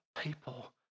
people